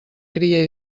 cria